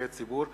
במקרקעי ציבור,